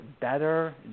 better